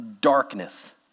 darkness